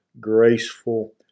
graceful